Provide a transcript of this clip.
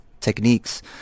techniques